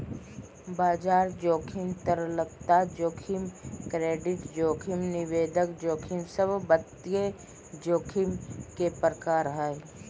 बाजार जोखिम, तरलता जोखिम, क्रेडिट जोखिम, निवेश जोखिम सब वित्तीय जोखिम के प्रकार हय